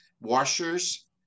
washers